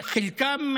חלקם,